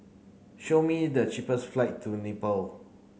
show me the cheapest flight to Nepal